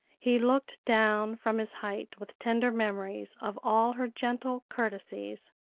he looked down from his height with tender memories of all her gentle courtesies.